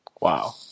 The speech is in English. Wow